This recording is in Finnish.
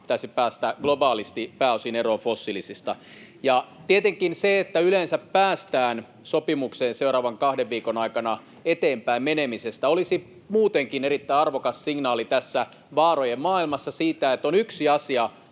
pitäisi päästä globaalisti pääosin eroon fossiilisista. Tietenkin se, että yleensä päästään sopimukseen seuraavan kahden viikon aikana eteenpäin menemisestä, olisi muutenkin erittäin arvokas signaali tässä vaarojen maailmassa siitä, että on yksi asia,